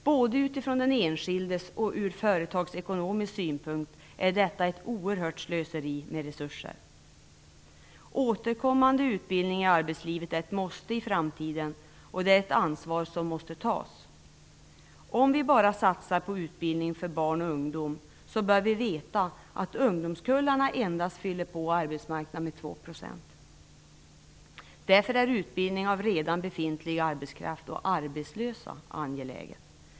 Både från den enskildes synpunkt och ur företagsekonomisk synvinkel är detta ett oerhört slöseri med resurser. Återkommande utbildning i arbetslivet är ett måste i framtiden, och ansvaret för detta måste tas. Om vi bara satsar på utbildning för barn och ungdom, bör vi veta att ungdomskullarna fyller på arbetsmarknaden med endast 2 %. Därför är utbildning av redan befintlig arbetskraft och av arbetslösa något som är angeläget.